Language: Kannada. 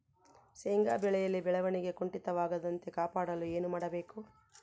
ಶೇಂಗಾ ಬೆಳೆಯಲ್ಲಿ ಬೆಳವಣಿಗೆ ಕುಂಠಿತವಾಗದಂತೆ ಕಾಪಾಡಲು ಏನು ಮಾಡಬೇಕು?